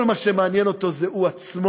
כל מה שמעניין אותו זה הוא עצמו.